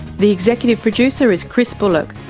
the executive producer is chris bullock.